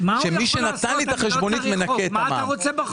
זה מי שנתן לי החשבונית מנכה את המס.